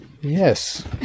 Yes